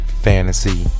fantasy